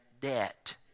debt